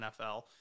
NFL